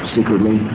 Secretly